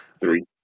Three